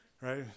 Right